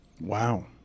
Wow